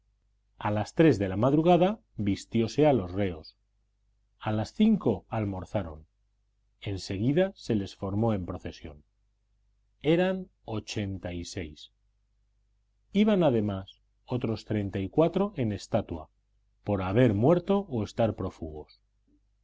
a las tres de la madrugada vistióse a los reos a las cinco almorzaron en seguida se les formó en procesión eran ochenta y seis iban además otros treinta y cuatro en estatua por haber muerto o estar prófugos